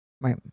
right